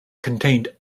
contained